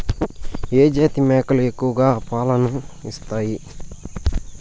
ఏ జాతి మేకలు ఎక్కువ పాలను ఇస్తాయి?